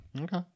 Okay